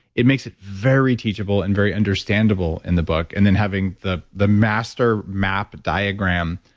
it makes it very teachable and very understandable in the book. and then having the the master map diagram.